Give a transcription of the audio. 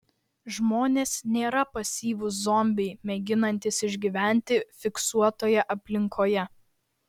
žmonės nėra pasyvūs zombiai mėginantys išgyventi fiksuotoje aplinkoje